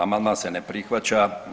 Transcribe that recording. Amandman se ne prihvaća.